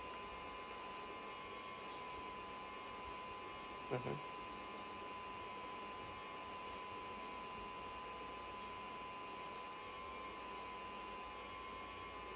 mmhmm